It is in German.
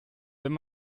wenn